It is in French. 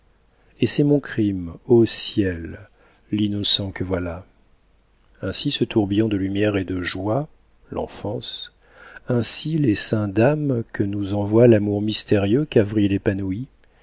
et c'est mon crime ô ciel l'innocent que voilà ainsi ce tourbillon de lumière et de joie l'enfance ainsi l'essaim d'âmes que nous envoie l'amour mystérieux